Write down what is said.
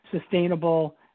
sustainable